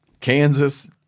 Kansas